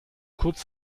kurz